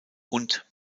und